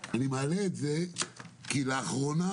אני מעלה את זה כי לאחרונה,